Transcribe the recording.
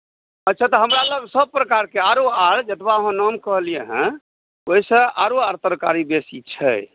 अच्छा तऽ हमरा लग सभ प्रकारके आरो आर जतबा अहाँ नाम कहलियै हेँ ओहिसँ आरो आर तरकारी बेसी छै